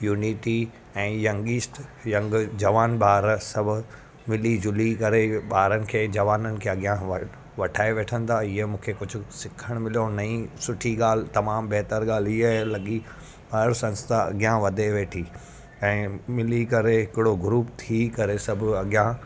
unity ऐं youngest young जवान ॿार सभु मिली झूली करे ॿारनि खे जवाननि खे अॻियां हुआरियो वठाए वठंदा इअं मूंखे कुझु सिखण मिलियो नई सुठी ॻाल्हि तमामु बहितर ॻाल्हि इहा ई लॻी हर संस्था अॻियां वधे वेठी ऐं मिली करे हिकिड़ो ग्रुप थी करे सभु अॻियां